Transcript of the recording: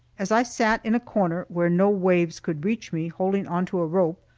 as i sat in a corner where no waves could reach me, holding on to a rope,